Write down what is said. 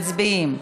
מצביעים.